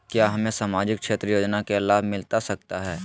क्या हमें सामाजिक क्षेत्र योजना के लाभ मिलता सकता है?